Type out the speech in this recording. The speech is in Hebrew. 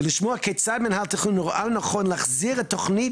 ולשמוע כיצד מנהל התכנון רואה לנכון להחזיר את תכנית